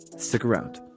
stick around